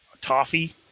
toffee